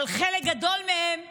אבל חלק גדול מהם בחיים,